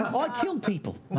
i killed people!